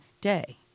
day